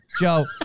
Joe